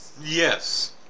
Yes